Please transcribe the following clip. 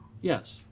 Yes